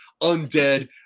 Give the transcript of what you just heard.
undead